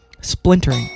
splintering